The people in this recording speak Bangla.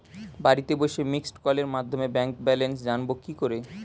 বাড়িতে বসে মিসড্ কলের মাধ্যমে ব্যাংক ব্যালেন্স জানবো কি করে?